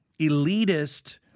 elitist